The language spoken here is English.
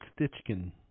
Stitchkin